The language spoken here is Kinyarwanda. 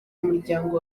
umuryango